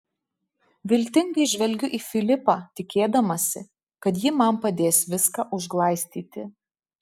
viltingai žvelgiu į filipą tikėdamasi kad ji man padės viską užglaistyti